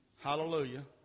Hallelujah